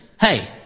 Hey